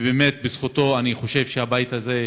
ובאמת, בזכותו אני חושב שהבית הזה,